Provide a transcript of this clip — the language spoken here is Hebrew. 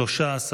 הצבעה.